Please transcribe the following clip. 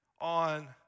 on